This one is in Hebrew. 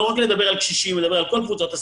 לא רק לדבר על קשישים אלא לדבר על כל קבוצות הסיכון.